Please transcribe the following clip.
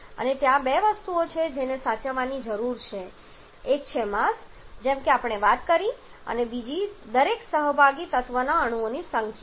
તેથી ત્યાં બે વસ્તુઓ છે જેને સાચવવાની જરૂર છે એક છે માસ જેમ કે આપણે વાત કરી રહ્યા છીએ અને બીજી દરેક સહભાગી તત્વના અણુઓની સંખ્યા છે